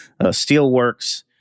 steelworks